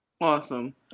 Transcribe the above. Awesome